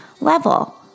level